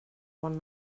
one